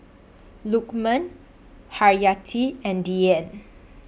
Lukman Haryati and Dian